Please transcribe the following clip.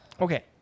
Okay